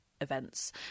events